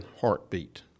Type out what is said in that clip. heartbeat